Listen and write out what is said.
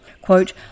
Quote